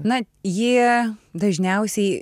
na jie dažniausiai